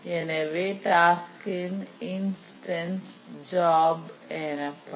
எனவே டாஸ்கின் instance job எனப்படும்